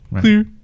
Clear